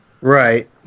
Right